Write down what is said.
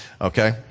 Okay